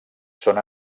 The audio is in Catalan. són